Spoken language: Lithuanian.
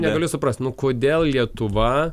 negaliu suprast nu kodėl lietuva